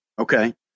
Okay